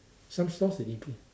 some stores they imple~